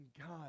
God